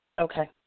Okay